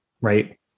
right